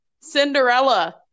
Cinderella